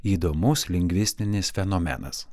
įdomus lingvistinis fenomenas